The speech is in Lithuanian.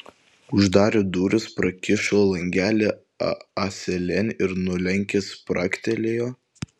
uždarė duris prakišo lankelį ąselėn ir nulenkęs spragtelėjo